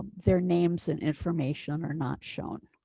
their names and information are not shown